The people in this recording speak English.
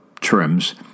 trims